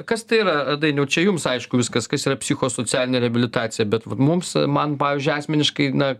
kas tai yra dainiau čia jums aišku viskas kas yra psichosocialinė reabilitacija bet mums man pavyzdžiui asmeniškai na